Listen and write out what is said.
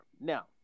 Now